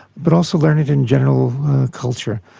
but also learned in general culture.